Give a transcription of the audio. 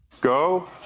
Go